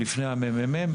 לפני הממ״מ,